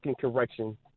correction